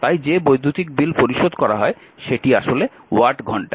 তাই যে বৈদ্যুতিক বিল পরিশোধ করা হয় সেটি আসলে ওয়াট ঘন্টা